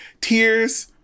tears